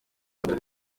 rwanda